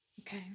Okay